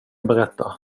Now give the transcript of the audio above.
berätta